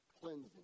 cleansing